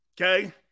Okay